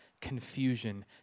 confusion